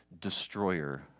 destroyer